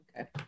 Okay